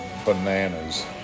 bananas